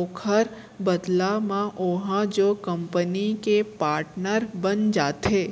ओखर बदला म ओहा ओ कंपनी के पाटनर बन जाथे